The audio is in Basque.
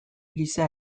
gisa